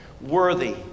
worthy